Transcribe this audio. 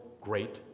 great